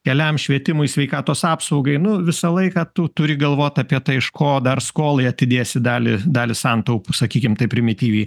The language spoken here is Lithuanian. keliams švietimui sveikatos apsaugai nu visą laiką tu turi galvot apie tai iš ko dar skolai atidėsi dalį dalį santaupų sakykim taip primityviai